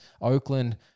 Oakland